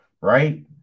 Right